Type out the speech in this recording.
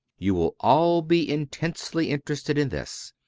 you will all be intensely interested in this.